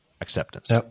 Acceptance